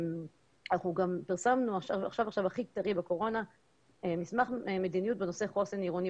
אנחנו גם פרסמנו עכשיו מסמך מדיניות בנושא חוסן עירוני.